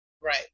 Right